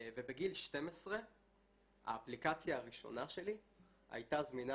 ובגיל 12 האפליקציה הראשונה שלי הייתה זמינה